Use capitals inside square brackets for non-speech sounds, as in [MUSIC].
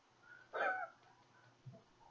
[LAUGHS]